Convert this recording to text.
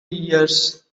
years